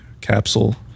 capsule